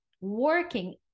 working